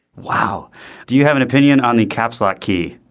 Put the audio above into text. wow do you have an opinion on the caps lock key.